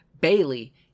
Bailey